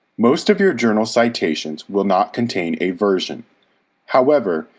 most of your journal citations will not contain a version however,